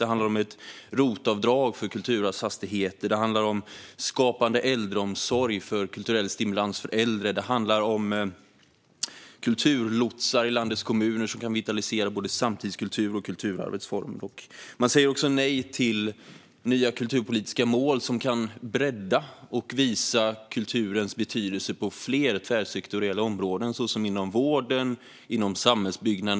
Det handlar om ett ROT-avdrag för kulturfastigheter, skapande äldreomsorg för kulturell stimulans för äldre och kulturlotsar i landets kommuner som kan vitalisera både samtidskultur och kulturarvets former. Man säger också nej till nya kulturpolitiska mål som kan bredda och visa kulturens betydelse på fler tvärsektoriella områden såsom inom vården och samhällsbyggnaden.